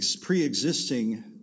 pre-existing